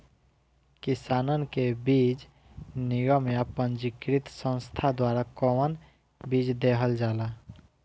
किसानन के बीज निगम या पंजीकृत संस्था द्वारा कवन बीज देहल जाला?